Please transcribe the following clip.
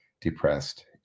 depressed